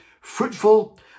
fruitful